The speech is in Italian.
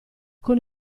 con